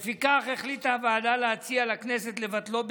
לפיכך החליטה הוועדה להציע לכנסת לבטלו.